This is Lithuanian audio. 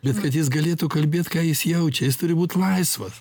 bet kad jis galėtų kalbėt ką jis jaučia jis turi būti laisvas